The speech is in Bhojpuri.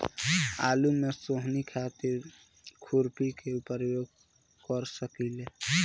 आलू में सोहनी खातिर खुरपी के प्रयोग कर सकीले?